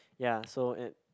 ya so and